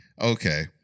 okay